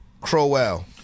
Crowell